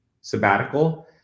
sabbatical